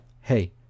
Hey